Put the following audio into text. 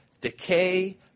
decay